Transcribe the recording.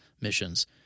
missions